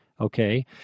okay